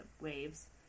waves